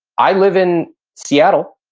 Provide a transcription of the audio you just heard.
i live in seattle.